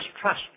trust